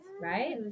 right